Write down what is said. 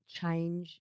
change